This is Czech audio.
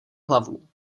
hlavu